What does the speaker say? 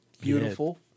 Beautiful